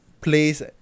place